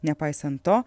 nepaisant to